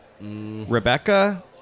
Rebecca